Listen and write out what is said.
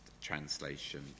translation